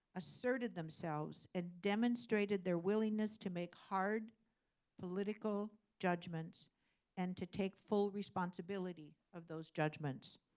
asserted themselves and demonstrated their willingness to make hard political judgments and to take full responsibility of those judgments.